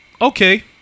Okay